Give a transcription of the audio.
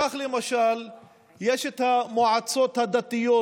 כך למשל יש מועצות דתיות